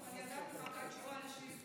אני עדיין מחכה לתשובה על השאילתה,